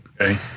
Okay